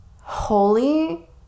holy